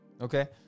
Okay